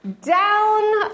down